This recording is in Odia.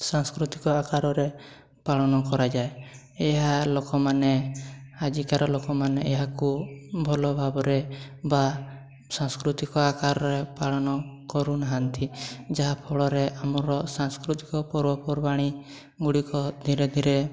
ସାଂସ୍କୃତିକ ଆକାରରେ ପାଳନ କରାଯାଏ ଏହା ଲୋକମାନେ ଆଜିକାର ଲୋକମାନେ ଏହାକୁ ଭଲଭାବରେ ବା ସାଂସ୍କୃତିକ ଆକାରରେ ପାଳନ କରୁନାହାଁନ୍ତି ଯାହାଫଳରେ ଆମର ସାଂସ୍କୃତିକ ପର୍ବପର୍ବାଣି ଗୁଡ଼ିକ ଧୀରେ ଧୀରେ